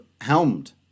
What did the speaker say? helmed